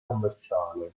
commerciale